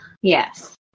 Yes